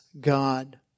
God